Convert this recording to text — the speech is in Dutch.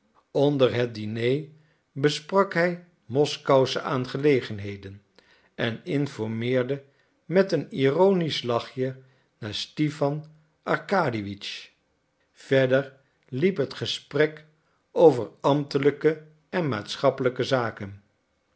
onder het diner besprak hij moskousche aangelegenheden en informeerde met een ironisch lachje naar stipan arkadiewitsch verder liep het gesprek over ambtelijke en maatschappelijke zaken